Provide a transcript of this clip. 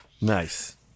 nice